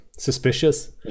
suspicious